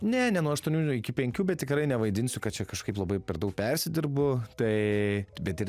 ne ne nuo aštuonių iki penkių bet tikrai nevaidinsiu kad čia kažkaip labai per daug persidirbu tai bet ir